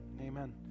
amen